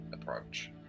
approach